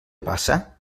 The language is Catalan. passa